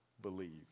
believe